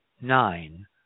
nine